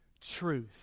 truth